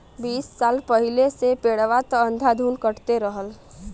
बीस साल पहिले से पेड़वा त अंधाधुन कटते रहल